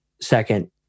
Second